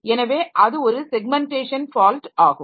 எனவே அது ஒரு செக்மென்ட்டேஷன் ஃபால்ட் ஆகும்